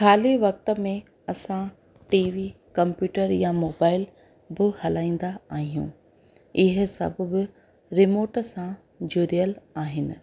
ख़ाली वक़्त में असां टीवी कंप्यूटर या मोबाइल बि हलाईंदा आहियूं इहे सभु बि रिमोट सां जुड़ियल आहिनि